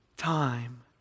Time